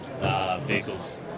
vehicles